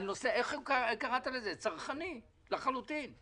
הנושא הוא צרכני לחלוטין.